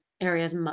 Areas